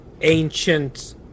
ancient